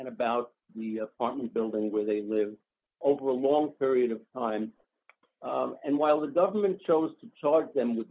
and about the apartment building where they live over a long period of time and while the government chose to charge them